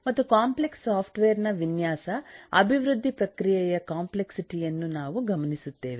ಮತ್ತು complex software ನ ವಿನ್ಯಾಸ ಅಭಿವೃದ್ಧಿ ಪ್ರಕ್ರಿಯೆಯ ಕಾಂಪ್ಲೆಕ್ಸಿಟಿ ಯನ್ನು ನಾವು ಗಮನಿಸುತ್ತೇವೆ